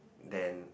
then